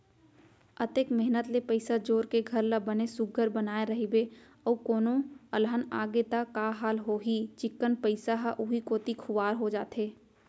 अतेक मेहनत ले पइसा जोर के घर ल बने सुग्घर बनाए रइबे अउ कोनो अलहन आगे त का हाल होही चिक्कन पइसा ह उहीं कोती खुवार हो जाथे